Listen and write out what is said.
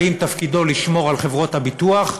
האם תפקידו לשמור על חברות הביטוח?